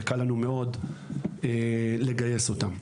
וקל לנו מאוד לגייס אותם.